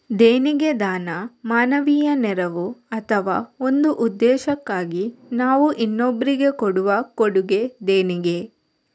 ದೇಣಿಗೆ ದಾನ, ಮಾನವೀಯ ನೆರವು ಅಥವಾ ಒಂದು ಉದ್ದೇಶಕ್ಕಾಗಿ ನಾವು ಇನ್ನೊಬ್ರಿಗೆ ಕೊಡುವ ಕೊಡುಗೆ ದೇಣಿಗೆ